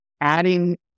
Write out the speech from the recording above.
adding